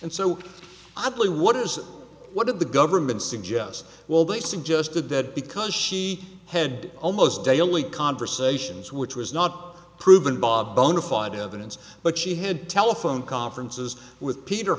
and so i plea what is what did the government suggest well they suggested that because she had almost daily conversations which was not proven bob bonafide evidence but she had telephone conferences with peter